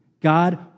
God